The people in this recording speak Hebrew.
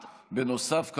נוסף,